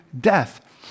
death